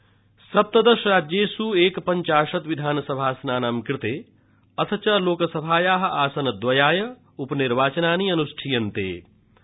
उपनिर्वाचनम् सप्तदशराज्येष् एकपञ्चाशत् विधानसभासनानां कृते अथ च लोकसभायाः आसनद्रयाय उपनिर्वाचनानि अनुष्ठीयन्ते